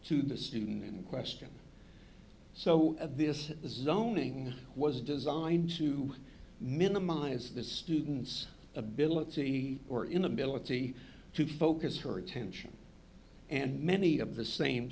to the student in question so this zoning was designed to minimize the student's ability or inability to focus her attention and many of the same